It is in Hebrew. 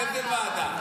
אופיר, באיזו ועדה?